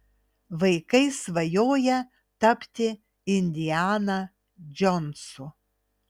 vaikai svajoja tapti indiana džonsu